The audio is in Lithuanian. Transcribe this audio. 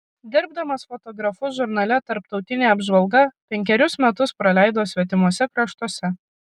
dirbdamas fotografu žurnale tarptautinė apžvalga penkerius metus praleido svetimuose kraštuose